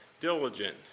diligent